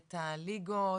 מנהלת הליגות,